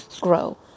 Grow